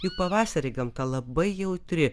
juk pavasarį gamta labai jautri